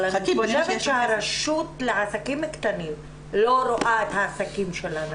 אבל אני חושבת שהרשות לעסקים קטנים לא רואה את העסקים של הנשים.